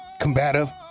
Combative